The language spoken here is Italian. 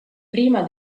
prima